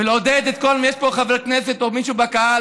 ולעודד: יש פה חבר כנסת או מישהו מהקהל